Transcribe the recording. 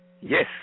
Yes